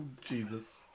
Jesus